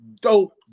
dope